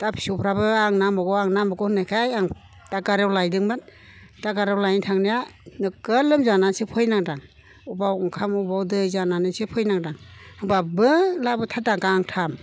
दा फिसौफ्राबो आंनो नांबावगौ आंनो नांबावगौ होननायखाय आं दादगारियाव लायदोंमोन दादगारियाव लायनो थांनाया नोगोद लोमजानानैसो फैनांदां अबाव ओंखाम अबाव दै जानानैसो फैनांदां होमब्लाबो लाबोथारदां गांथाम